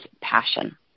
passion